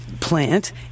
plant